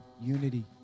Unity